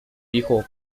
hijo